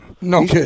No